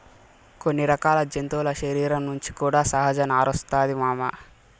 కొన్ని రకాల జంతువుల శరీరం నుంచి కూడా సహజ నారొస్తాది మామ